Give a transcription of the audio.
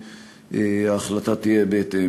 וההחלטה תהיה בהתאם.